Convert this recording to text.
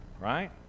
right